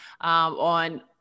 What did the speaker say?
on